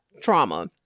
trauma